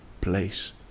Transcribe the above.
place